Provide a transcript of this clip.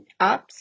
apps